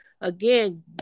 again